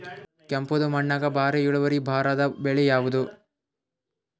ಕೆಂಪುದ ಮಣ್ಣಾಗ ಭಾರಿ ಇಳುವರಿ ಬರಾದ ಬೆಳಿ ಯಾವುದು?